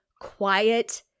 quiet